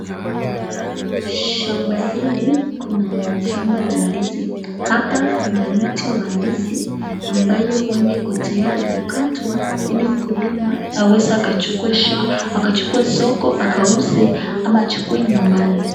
Shamba la ndizi na kuna mti wa ndizi ambayo huenda iko tayari kukatwa ili mkulima aweze akachukue soko akauze ama nyumbani.